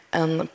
en